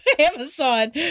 Amazon